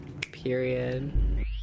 Period